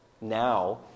now